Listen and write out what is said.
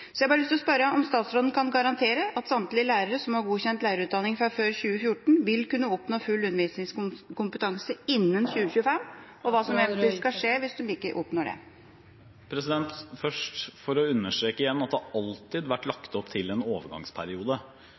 Så jeg har bare lyst til å spørre: Kan statsråden garantere at samtlige lærere som har godkjent lærerutdanning fra før 2014, vil kunne oppnå full undervisningskompetanse innen 2025, og hva skal eventuelt skje hvis de ikke oppnår det? Først vil jeg igjen understreke at det alltid har vært lagt opp til en overgangsperiode.